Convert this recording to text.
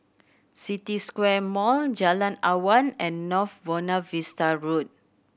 City Square Mall Jalan Awan and North Buona Vista Road